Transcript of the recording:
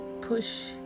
push